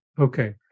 Okay